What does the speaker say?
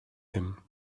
him